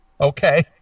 Okay